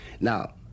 Now